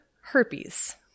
herpes